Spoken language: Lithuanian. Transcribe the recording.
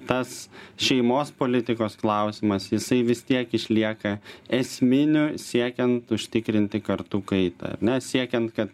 tas šeimos politikos klausimas jisai vis tiek išlieka esminiu siekiant užtikrinti kartų kaitą ar ne siekiant kad